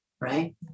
right